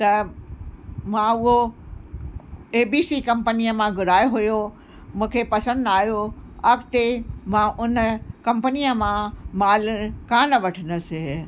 त मां उहो ए बी सी कंपनीअ मां घुरायो हुओ मूंखे पसंदि न आयो अॻिते मां हुन कंपनीअ मां माल कान वठंदसि